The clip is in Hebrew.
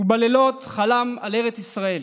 ובלילות חלם על ארץ ישראל.